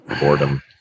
boredom